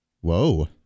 Whoa